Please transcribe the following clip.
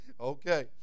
Okay